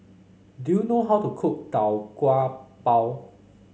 do you know how to cook Tau Kwa Pau